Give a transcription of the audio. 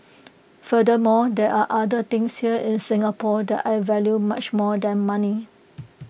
furthermore there are other things here in Singapore that I value much more than money